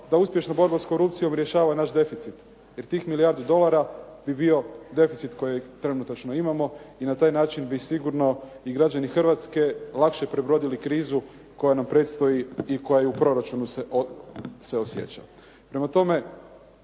da uspješna borba s korupcijom rješava naš deficit. Jer tih milijardu dolara bi bio deficit koji trenutno imamo i na taj način bi sigurno i građani Hrvatske lakše prebrodili krizu koja nam predstoji i koja se u proračunu osjeća.